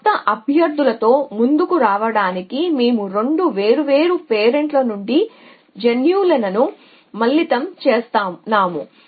క్రొత్త అభ్యర్థులతో ముందుకు రావడానికి మేము 2 వేర్వేరు పేరెంట్ల నుండి జన్యువులను మిళితం చేస్తున్నాము